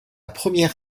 première